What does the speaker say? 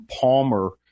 Palmer